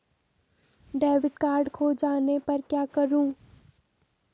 Debit card खो जाने पर क्या करूँ?